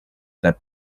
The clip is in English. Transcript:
that